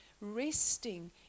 resting